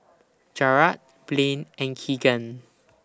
Jarrad Blane and Keagan